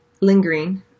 lingering